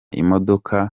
imodoka